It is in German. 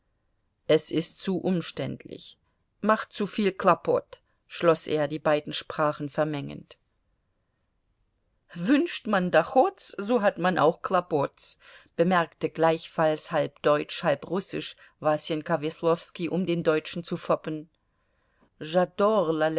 es ist zu umständlich macht zuviel klopot schloß er die beiden sprachen vermengend wünscht man dochots so hat man auch klopots bemerkte gleichfalls halb deutsch halb russisch wasenka weslowski um den deutschen zu foppen